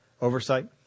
oversight